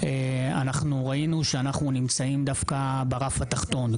ראינו שאנחנו נמצאים דווקא ברף התחתון.